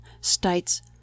states